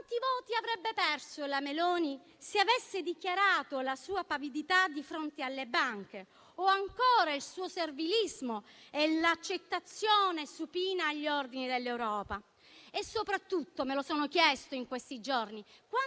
Quanti voti avrebbe perso la Meloni, se avesse dichiarato la sua pavidità di fronte alle banche o, ancora, il suo servilismo e l'accettazione supina degli ordini dell'Europa? Soprattutto mi sono chiesta in questi giorni